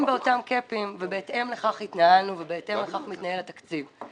באותם קאפים ובהתאם לכך התנהלנו ובהתאם לכך מתנהל התקציב.